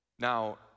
Now